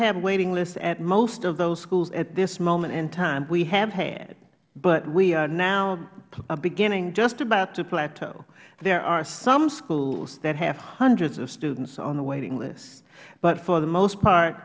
have waiting lists at most of those schools at this moment in time we have had but we are now beginning just about to plateau there are some schools that have hundreds of students on the waiting lists but for the most part